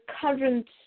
current